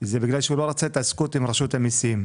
בגלל שהוא לא רצה התעסקות עם רשות המיסים.